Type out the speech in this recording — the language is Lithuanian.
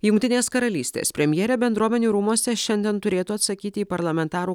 jungtinės karalystės premjerė bendruomenių rūmuose šiandien turėtų atsakyti į parlamentarų